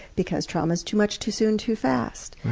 because trauma is too much, too soon, too fast.